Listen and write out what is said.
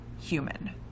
human